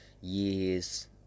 years